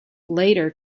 later